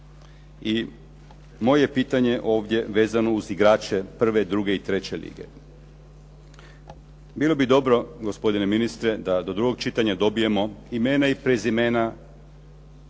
i moje pitanje je ovdje vezano uz igrače prve, druge i treće lige. Bilo bi dobro gospodine ministre da do drugog čitanja dobijemo imena i prezimena